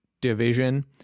division